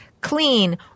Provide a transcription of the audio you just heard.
clean